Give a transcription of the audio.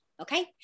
okay